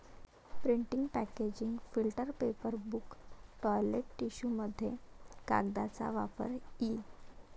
printing packaging filter paper book toilet टिश्यूमध्ये कागदाचा वापर इ